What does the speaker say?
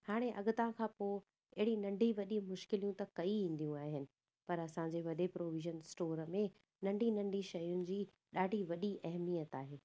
हाणे अॻिता खां पोइ अहिड़ी नंढी वॾी मुश्किलूं त कई ईंदियूं आहिनि पर असांजे वॾे प्रोविज़न स्टोर में नंढी नंढी शयुनि जी ॾाढी वॾी एहमियत आहे